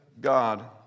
God